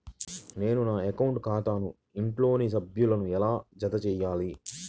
నేను నా అకౌంట్ ఖాతాకు ఇంట్లోని సభ్యులను ఎలా జతచేయాలి?